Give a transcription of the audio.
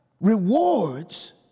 rewards